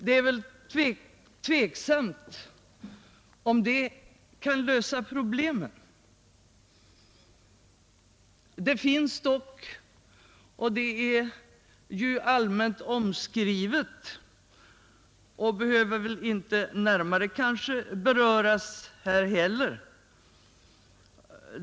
Men det är tveksamt om det skulle kunna lösa problemen.